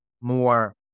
more